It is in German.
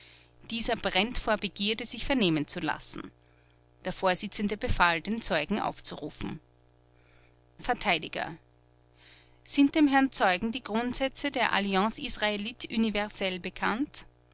dieser brennt vor begierde sich vernehmen zu lassen der vorsitzende befahl den zeugen aufzurufen verteidiger sind dem herrn zeugen die grundsätze der alliance israelite universelle bekannt